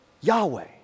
Yahweh